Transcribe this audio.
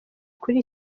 kuri